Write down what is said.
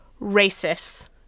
racist